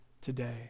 today